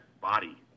body